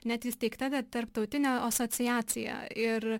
net įsteigta tarptautinė osociacija ir